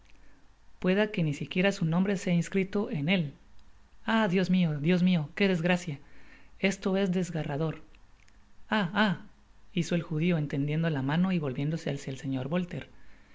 pueda que ni siquiera su nombre sea inscrito en élah dios mio dios mio que desgracia esto es de sgarrador i ah ah hizo el judio estendiendo la mano y volviéndose hacia el señor